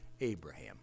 Abraham